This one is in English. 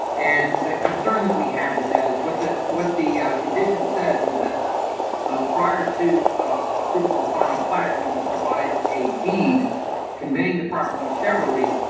and the concern that we have with that is what the what the condition says is that ah prior to approval of the final plat, we would provide a deed conveying the property and cheverly,